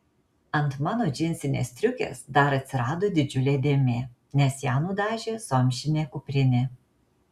ant mano džinsinės striukės dar atsirado didžiulė dėmė nes ją nudažė zomšinė kuprinė